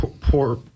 poor